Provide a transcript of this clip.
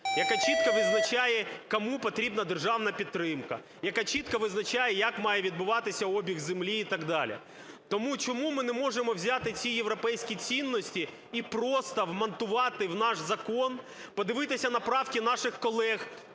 яка чітко визначає, кому потрібна державна підтримка, яка чітко визначає, як має відбуватися обіг землі і так далі. Тому чому ми не можемо взяти ці європейські цінності і просто вмонтувати в наш закон, подивитися на правки наших колеги,